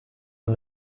con